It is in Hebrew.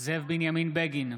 זאב בנימין בגין,